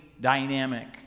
dynamic